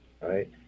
right